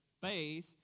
Faith